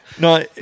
No